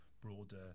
broader